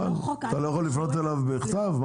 אתה לא יכול לפנות אליו בכתב?